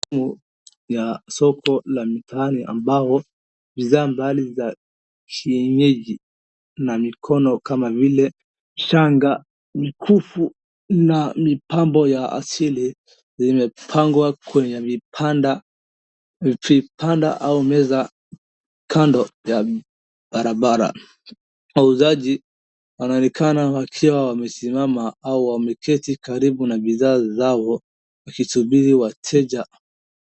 Ya soko la mtaani ambalo bidhaa mbali za kienyeji na mikono kama vile shanga, mikufu na mipambo ya asili imepangwa kwenye vibanda au meza kando ya barabara. Wauzaji wanaonekana wakiwa wamesimama au wameketi karibu na bidhaa zao wakisubiri wateja.